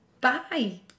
Bye